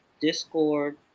Discord